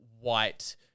white